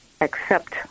accept